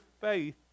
faith